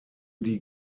die